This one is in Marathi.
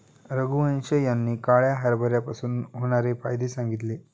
रघुवंश यांनी काळ्या हरभऱ्यापासून होणारे फायदे सांगितले